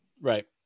Right